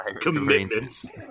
commitments